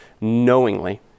knowingly